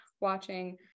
watching